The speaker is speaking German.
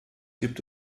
gibt